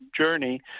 journey